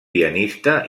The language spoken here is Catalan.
pianista